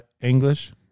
English